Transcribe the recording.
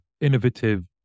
innovative